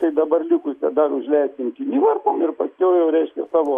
tai dabar likusią dalį užleiskim kinivarpom ir paskiau jau reiškia savo